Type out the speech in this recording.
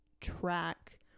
track